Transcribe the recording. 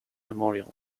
memorial